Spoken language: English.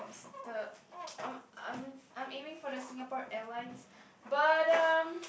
the I'm I'm I'm aiming for the Singapore-Airlines but um